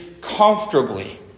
comfortably